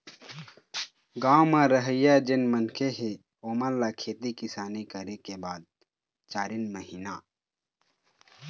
गाँव म रहइया जेन मनखे हे ओेमन ल खेती किसानी करे के बाद चारिन महिना